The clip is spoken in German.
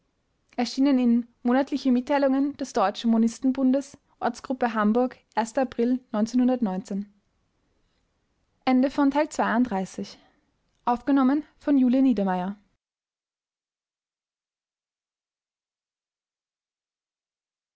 für anfänger monatliche mitteilungen des deutschen monistenbundes ortsgruppe hamburg april